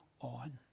on